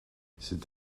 c’est